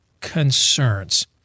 concerns